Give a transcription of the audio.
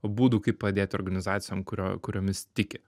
būdų kaip padėti organizacijom kurio kuriomis tiki